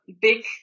big